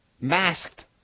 Masked